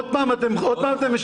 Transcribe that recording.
עוד פעם אתם משקרים.